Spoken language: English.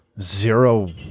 zero